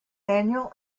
annual